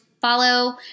follow